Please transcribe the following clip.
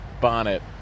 bonnet